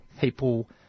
people